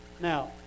Now